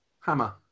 Hammer